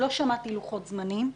לא שמעתי לוחות זמנים.